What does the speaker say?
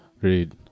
Great